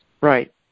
right